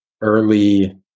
early